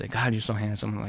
ah god you're so handsome.